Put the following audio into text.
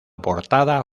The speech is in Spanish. portada